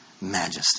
Majesty